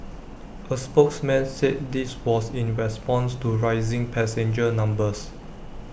A spokesman said this was in response to rising passenger numbers